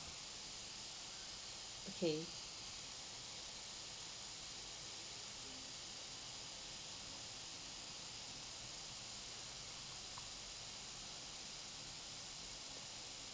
okay